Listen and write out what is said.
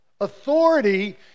Authority